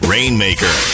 Rainmaker